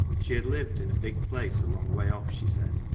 she had lived in a big place a long way off, she said.